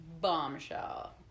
bombshell